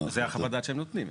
זו חוות הדעת שהם נותנים.